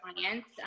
clients